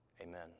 Amen